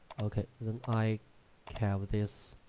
okay, then i have this